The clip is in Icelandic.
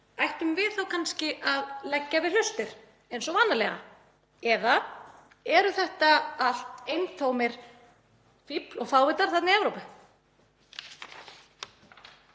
ættum við kannski að leggja við hlustir eins og vanalega? Eða eru þetta allt eintóm fífl og fávitar þarna í Evrópu?